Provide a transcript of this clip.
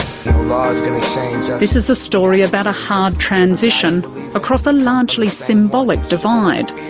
laws. this is a story about a hard transition across a largely symbolic divide.